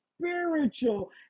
spiritual